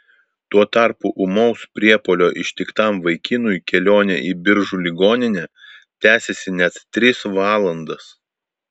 tuo tarpu ūmaus priepuolio ištiktam vaikinui kelionė į biržų ligoninę tęsėsi net tris valandas